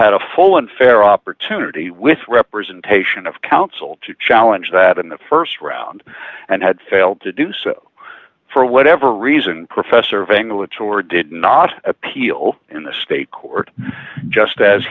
had a full and fair opportunity with representation of counsel to challenge that in the st round and had failed to do so for whatever reason professor vangel a juror did not appeal in the state court just as